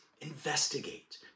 investigate